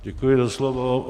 Děkuji za slovo.